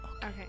Okay